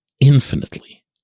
infinitely